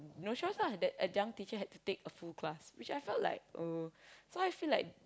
no choice ah that adjunct teacher had to take a full class which I felt like ugh so I feel like